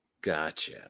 Gotcha